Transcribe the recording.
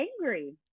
angry